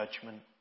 judgment